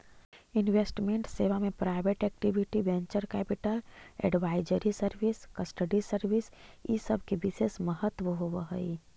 investment सेवा में private equity, venture capital, advisory service, custody service इ सब के विशेष महत्व होवऽ हई